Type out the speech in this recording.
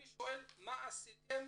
אני שואל מה עשיתם